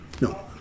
no